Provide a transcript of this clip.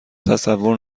تصور